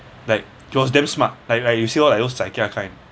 like he was damn smart like like you say all like those zai kia kind